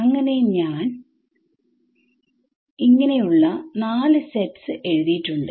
അങ്ങനെ ഞാൻ Us ന്റെ നാല് സെറ്റ്സ് എഴുതിയിട്ടുണ്ട്